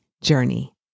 journey